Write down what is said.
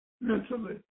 mentally